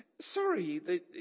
Sorry